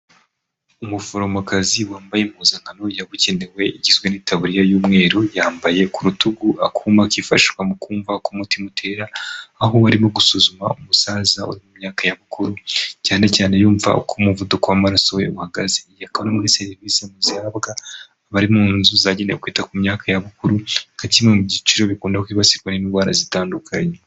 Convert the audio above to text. Umuforomokazi wambaye impuzankano yabugenewe igizwe n'itaburiya y'umweru. Yambaye ku rutugu akuma kifashishwa mu kumva uko umutima utera. Aho arimo gusuzuma umusaza uri mu myaka ya bukuru cyane cyane yumva uko umuvuduko w'amaraso we uhagaze. Iyi akaba ari muri serivisi zihabwa abari mu nzu zagenewe kwita ku myaka ya bukuru nka kimwe mu byiciro bikunda kwibasirwa n'indwara zitandukanye.